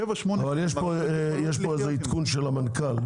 שבע-שמונה --- אבל יש פה איזה עדכון של המנכ"ל.